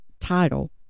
title